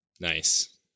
Nice